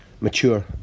mature